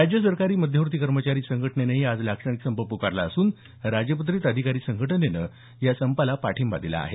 राज्य सरकारी मध्यवर्ती कर्मचारी संघटनेनंही आज लाक्षणिक संप पुकारला असून राजपंत्रित अधिकारी संघटनेनं या संपाला पाठिंबा दिला आहे